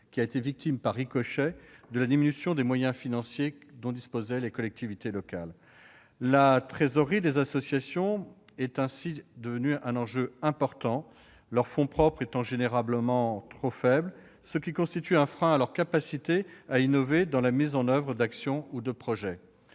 associatif, victime par ricochet de la diminution des moyens financiers dont disposaient les collectivités locales. La trésorerie des associations est ainsi devenue un enjeu important, leurs fonds propres étant généralement trop faibles, ce qui constitue un frein à leur capacité à innover dans la mise en oeuvre d'actions ou de projets.